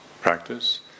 practice